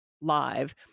live